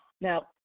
Now